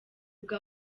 bwa